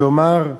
שיאמר: